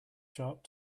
sharp